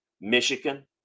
Michigan